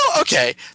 okay